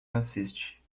assiste